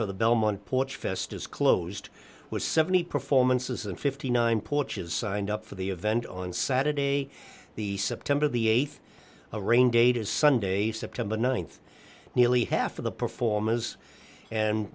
for the belmont porch fest is closed was seventy performances and fifty nine porches signed up for the event on saturday the september the th a rain date is sunday september th nearly half of the performers and